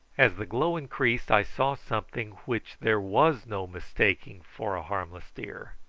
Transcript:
as the glow increased i saw something which there was no mistaking for a harmless deer,